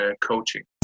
coaching